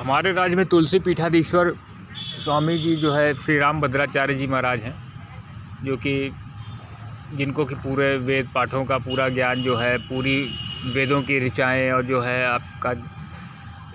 हमारे राज्य में तुलसी पीठाधीश्वर स्वामी जी जो हैं श्री राम भद्राचार्य जी महराज हैं जोकि जिनको कि पूरे वेद पाठों का पूरा ज्ञान जो है पूरी वेदों की ऋचाएँ और जो है आपका